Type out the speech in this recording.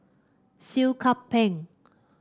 Seah Kian Peng